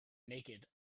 naked